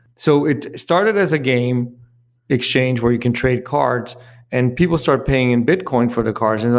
so it started as a game exchange where you can trade cards and people start paying in bitcoin for the cards. and